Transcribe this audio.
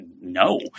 No